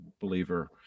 believer